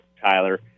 Tyler